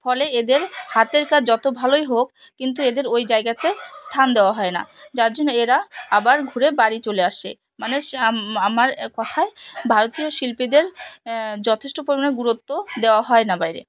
ফলে এদের হাতের কাজ যত ভালোই হোক কিন্তু এদের ওই জায়গাতে স্থান দেওয়া হয় না যার জন্য এরা আবার ঘুরে বাড়ি চলে আসে মানে আমার কথায় ভারতীয় শিল্পীদের যথেষ্ট পরিমাণে গুরুত্ব দেওয়া হয় না বাইরে